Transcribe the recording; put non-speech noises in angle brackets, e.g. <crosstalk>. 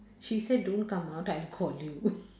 she said don't come out I'll call you <breath>